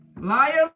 Liar